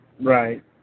right